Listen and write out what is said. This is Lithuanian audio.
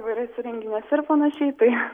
įvairiuose renginiuose ir panašiai tai